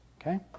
Okay